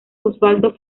osvaldo